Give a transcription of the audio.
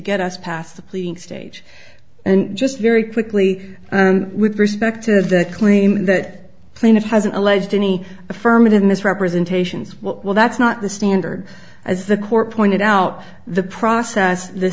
get us past the pleading stage and just very quickly with respect to the claim that plaintiff has an alleged any affirmative misrepresentations well that's not the standard as the court pointed out the process the